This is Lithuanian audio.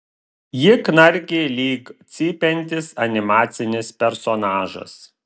ji knarkė lyg cypiantis animacinis personažas